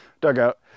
dugout